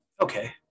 Okay